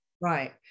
right